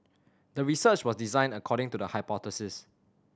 the research was designed according to the hypothesis